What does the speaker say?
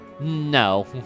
No